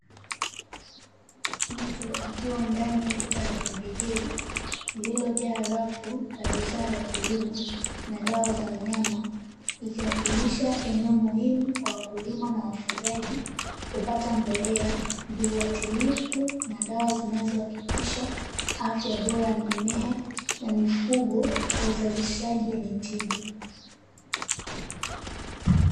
Mtu akiwa ndani ya duka la pembejeo lililojaa rafu la bidhaa za kilimo na dawa za wanyama, likiwakilisha eneo muhimu kwa wakulima na wafugaji, kupata mbolea, viwatilifu, na dawa zinazohakikisha afya bora ya mimea na mifugo kwa uzalishaji wenye tija.